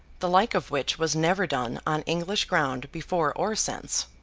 the like of which was never done on english ground before or since.